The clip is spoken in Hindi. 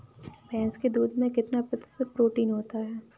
भैंस के दूध में कितना प्रतिशत प्रोटीन होता है?